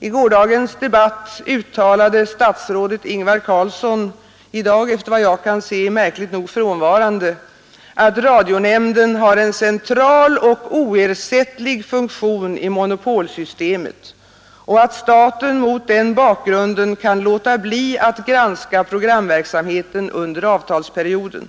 I gårdagens debatt uttalade statsrådet Ingvar Carlsson — i dag, efter vad jag kan se, märkligt nog frånvarande — att radionämnden har en central och oersättlig funktion i monopolsystemet och att staten mot den bakgrunden kan låta bli att granska programverksamheten under avtalsperioden.